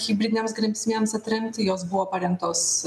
hibridinėms grėsmėms atremti jos buvo parengtos